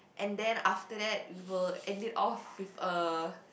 and then after that we will end it off with a